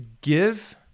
give